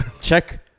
check